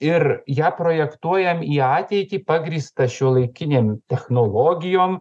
ir ją projektuojam į ateitį pagrįstą šiuolaikinėm technologijom